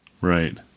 Right